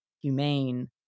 humane